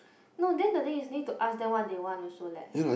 no then the thing is need to ask them what they want also leh